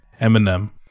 Eminem